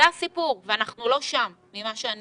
זה הסיפור וממה שאני